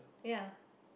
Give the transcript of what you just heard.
ya